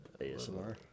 ASMR